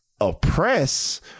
oppress